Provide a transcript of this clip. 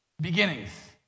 Beginnings